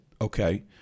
okay